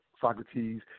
socrates